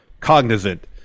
cognizant